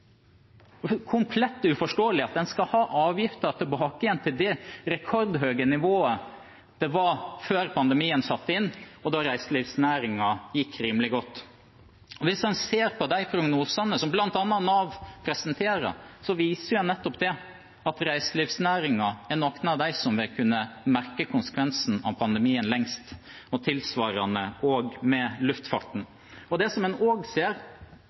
komplett uforståelig at en skal ha avgiften tilbake igjen til det rekordhøye nivået den var på før pandemien satte inn og reiselivsnæringen gikk rimelig godt. Hvis en ser på de prognosene som bl.a. Nav presenterer, viser de at nettopp reiselivsnæringen er av dem som vil merke konsekvensene av pandemien lengst, og tilsvarende med luftfarten. Det som en også ser,